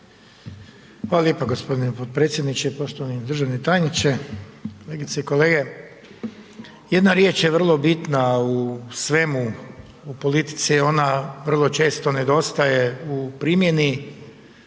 Hvala lijepo gospodine potpredsjedniče. Poštovani državni tajniče, kolegice i kolege. Jedna riječ je vrlo bitna u svemu u politici ona vrlo često nedostaje u primjeni,